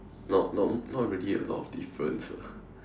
not not not really a lot of difference ah